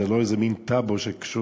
זה לא איזה מין טבו שקשור,